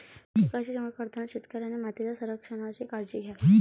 पिकांची निवड करताना शेतकऱ्याने मातीच्या संरक्षणाची काळजी घ्यावी